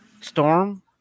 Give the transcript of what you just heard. Storm